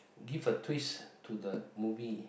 give a twist to the movie